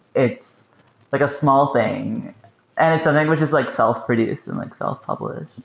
it's like a small thing and it's something which is like self-produced and like self-published.